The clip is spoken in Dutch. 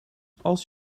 als